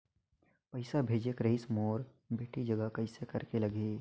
पइसा भेजेक रहिस मोर बेटी जग कइसे करेके लगही?